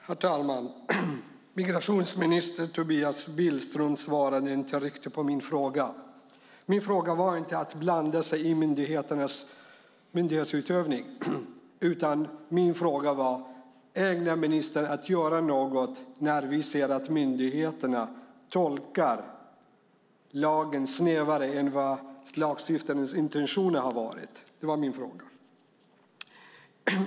Herr talman! Migrationsminister Tobias Billström svarade inte riktigt på min fråga. Min fråga handlade inte om att blanda sig i myndighetsutövning utan min fråga var: Ämnar ministern göra något när vi ser att myndigheterna tolkar lagen snävare än lagstiftarens intentioner har varit? Det var min fråga.